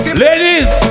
ladies